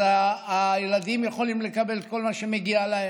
אז הילדים יכולים לקבל כל מה שמגיע להם,